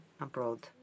abroad